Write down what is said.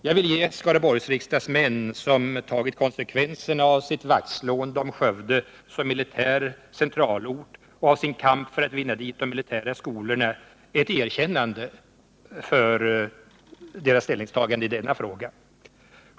Jag vill ge de Skaraborgsriksdagsmän som tagit konsekvenserna av sitt vaktslående om Skövde som militär centralort och av sin kamp för att vinna dit de militära skolorna ett erkännande för deras ställningstagande i denna fråga.